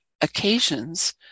occasions